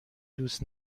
دوست